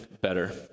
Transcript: better